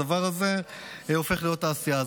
הדבר הזה הופך להיות תעשייה.